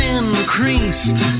increased